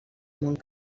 mon